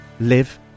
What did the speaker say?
live